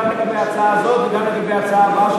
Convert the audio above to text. גם לגבי ההצעה הזאת וגם לגבי ההצעה הבאה,